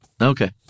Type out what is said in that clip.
Okay